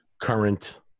current